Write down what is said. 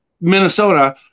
Minnesota –